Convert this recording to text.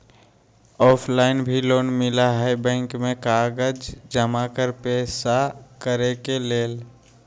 Offline भी loan मिलहई bank में कागज जमाकर पेशा करेके लेल?